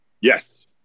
Yes